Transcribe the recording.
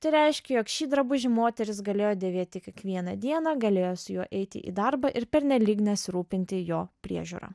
tai reiškė jog šį drabužį moteris galėjo dėvėti kiekvieną dieną galėjo su juo eiti į darbą ir pernelyg nesirūpinti jo priežiūra